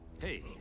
Hey